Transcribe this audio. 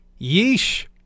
Yeesh